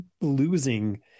losing